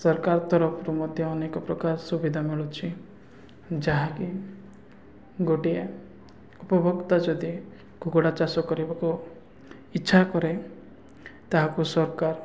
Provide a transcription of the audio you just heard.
ସରକାର ତରଫରୁ ମଧ୍ୟ ଅନେକ ପ୍ରକାର ସୁବିଧା ମିଳୁଛିି ଯାହାକି ଗୋଟିଏ ଉପଭୋକ୍ତା ଯଦି କୁକୁଡ଼ା ଚାଷ କରିବାକୁ ଇଚ୍ଛା କରେ ତାହାକୁ ସରକାର